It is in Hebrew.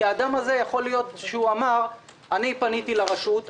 יכול להיות שהאדם הזה אמר: אני פניתי לרשות,